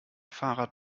fahrrad